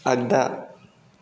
आगदा